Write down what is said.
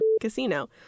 casino